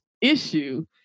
issue